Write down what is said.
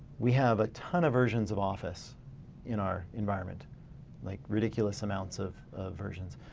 we have a ton of versions of office in our environment like ridiculous amounts of versions.